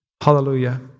Hallelujah